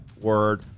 word